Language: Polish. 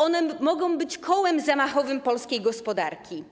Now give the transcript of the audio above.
One mogą być kołem zamachowym polskiej gospodarki,